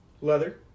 Leather